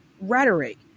rhetoric